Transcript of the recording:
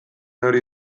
hori